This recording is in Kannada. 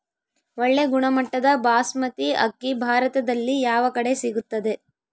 ಒಳ್ಳೆ ಗುಣಮಟ್ಟದ ಬಾಸ್ಮತಿ ಅಕ್ಕಿ ಭಾರತದಲ್ಲಿ ಯಾವ ಕಡೆ ಸಿಗುತ್ತದೆ?